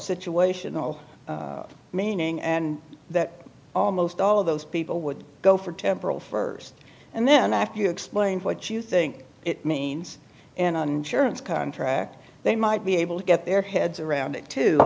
situational meaning and that almost all of those people would go for temporal st and then after you explain what you think it means and unsure of the contract they might be able to get their heads around it to